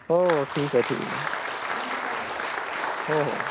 हो ठीक आहे ठीक आहे हो हो